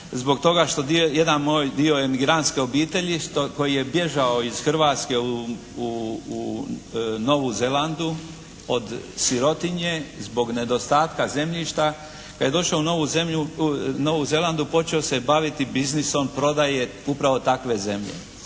zbog toga što jedan moj dio je emigrantske obitelji koji je bježao iz Hrvatske u Novu Zelandu od sirotinje zbog nedostatka zemljišta. Kad je došao u Novu Zelandu počeo se baviti biznisom prodaje upravo takve zemlje,